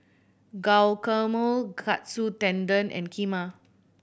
Guacamole Katsu Tendon and Kheema